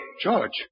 George